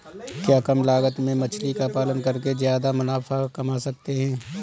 क्या कम लागत में मछली का पालन करके ज्यादा मुनाफा कमा सकते हैं?